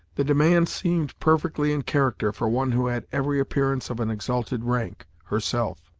the demand seemed perfectly in character for one who had every appearance of an exalted rank, herself.